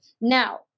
Now